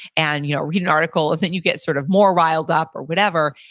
and you know read an article and then you get sort of more riled up or whatever.